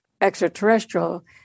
extraterrestrial